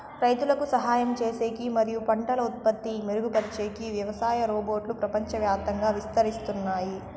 రైతులకు సహాయం చేసేకి మరియు పంటల ఉత్పత్తి మెరుగుపరిచేకి వ్యవసాయ రోబోట్లు ప్రపంచవ్యాప్తంగా విస్తరిస్తున్నాయి